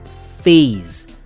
phase